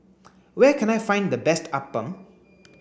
where can I find the best Appam